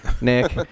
Nick